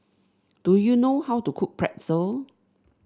do you know how to cook Pretzel